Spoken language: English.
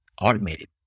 automated